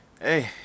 hey